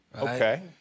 Okay